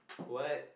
what